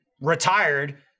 retired